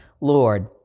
Lord